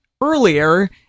earlier